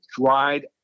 dried